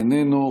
איננו,